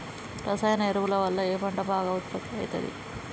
రసాయన ఎరువుల వల్ల ఏ పంట బాగా ఉత్పత్తి అయితది?